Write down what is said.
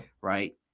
right